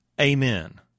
Amen